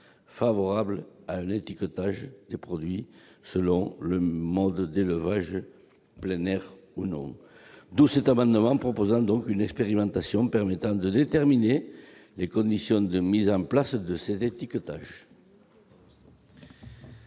favorables à un étiquetage des produits selon le mode d'élevage- plein air ou non. D'où cet amendement dans lequel est proposée une expérimentation permettant de déterminer les conditions de mise en place de cet étiquetage.